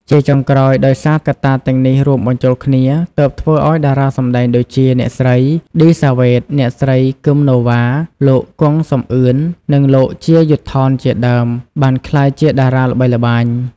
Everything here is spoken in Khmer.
ជាចុងក្រោយដោយសារកត្តាទាំងនេះរួមបញ្ចូលគ្នា ទើបធ្វើឱ្យតារាសម្តែងដូចជា អ្នកស្រី ឌីសាវ៉េត អ្នកស្រី គឹម ណូវ៉ា លោក គង់ សំអឿន និង លោក ជា យុទ្ធថន ជាដើម បានក្លាយជាតារាល្បីល្បាញ។